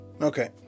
Okay